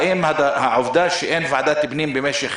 האם העובדה שאין ועדת פנים במשך